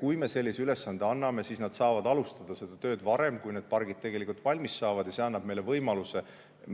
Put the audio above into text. Kui me selle ülesande neile anname, siis nad saavad alustada seda tööd varem, enne kui need pargid tegelikult valmis saavad, ja see annab võimaluse